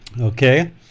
Okay